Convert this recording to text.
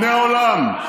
מעולם.